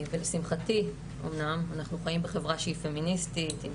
לשמחתי אנחנו חיים בחברה שהיא פמיניסטית עם